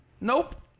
Nope